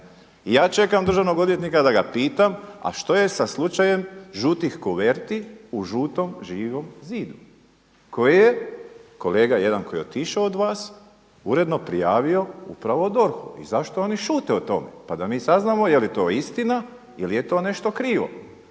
I ja čekam državnog odvjetnika da ga pitam a što je sa slučajem žutih koverti u žutom Živom zidu koje je kolega jedan koji je otišao od vas upravo prijavio upravo DORH-u i zašto oni šute o tome pa da mi saznamo je li to istina ili je to nešto krivo